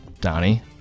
Donnie